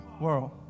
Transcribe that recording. world